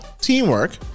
teamwork